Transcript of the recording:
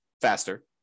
faster